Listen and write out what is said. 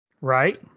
Right